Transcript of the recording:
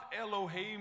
elohim